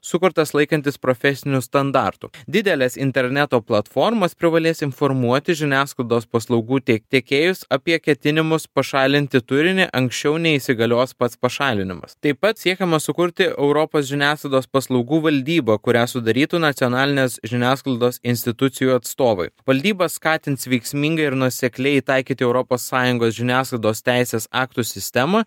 sukurtas laikantis profesinių standartų didelės interneto platformos privalės informuoti žiniasklaidos paslaugų tiek tiekėjus apie ketinimus pašalinti turinį anksčiau nei įsigalios pats pašalinimas taip pat siekiama sukurti europos žiniasklaidos paslaugų valdybą kurią sudarytų nacionalinės žiniasklaidos institucijų atstovai valdyba skatins veiksmingai ir nuosekliai taikyti europos sąjungos žiniasklaidos teisės aktų sistemą